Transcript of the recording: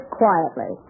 quietly